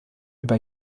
über